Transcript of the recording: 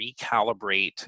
recalibrate